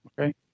Okay